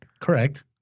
Correct